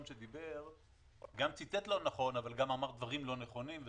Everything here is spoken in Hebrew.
שדיבר גם ציטט לא נכון אבל גם אמר דברים לא נכונים,